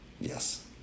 Yes